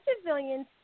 civilians